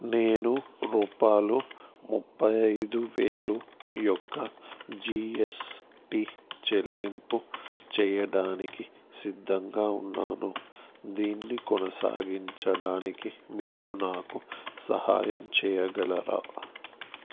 నేను రూపాయలు ముప్పై ఐదు వేలు యొక్క జీ ఎస్ టీ చెల్లింపు చెయ్యడానికి సిద్ధంగా ఉన్నాను దీన్ని కొనసాగించడానికి మీరు నాకు సహాయం చేయగలరా